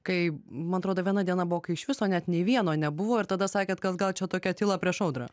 kai man atrodo viena diena buvo kai iš viso net nei vieno nebuvo ir tada sakėt kad gal čia tokia tyla prieš audrą